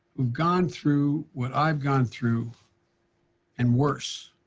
who've gone through what i've gone through and worse.